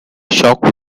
shock